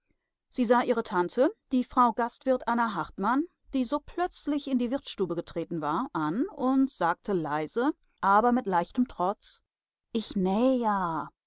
sie sah ihre tante die frau gastwirt anna hartmann die so plötzlich in die wirtsstube getreten war an und sagte leise aber mit leichtem trotz ich näh ja